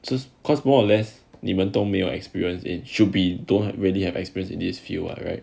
just cause more or less 你们都没有 experienced it should be don't really have experience in this field are right